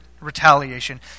retaliation